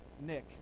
Nick